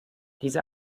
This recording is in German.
diese